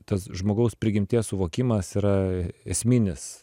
tas žmogaus prigimties suvokimas yra esminis